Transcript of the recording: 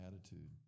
attitude